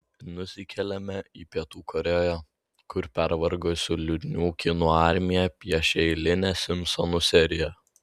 nusikeliame į pietų korėją kur pervargusių liūdnų kinų armija piešia eilinę simpsonų seriją